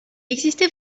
existait